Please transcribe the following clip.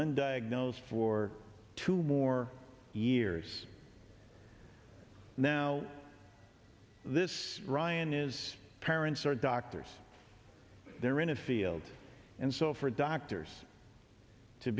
undiagnosed for two more years now this ryan is parents are doctors they're in a field and so for doctors to